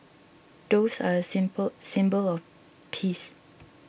doves are a symbol symbol of peace